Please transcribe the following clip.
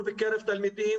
בקרב תלמידים,